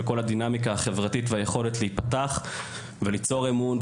וכל הדינמיקה החברתית והיכולת להיפתח וליצור אמון,